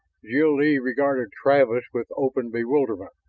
jil-lee regarded travis with open bewilderment,